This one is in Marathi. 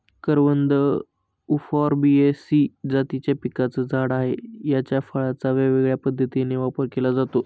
करवंद उफॉर्बियेसी जातीच्या पिकाचं झाड आहे, याच्या फळांचा वेगवेगळ्या पद्धतीने वापर केला जातो